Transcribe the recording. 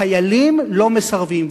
חיילים לא מסרבים.